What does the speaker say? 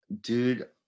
Dude